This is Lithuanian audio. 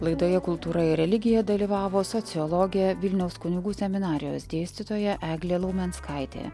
laidoje kultūra ir religija dalyvavo sociologė vilniaus kunigų seminarijos dėstytoja eglė laumenskaitė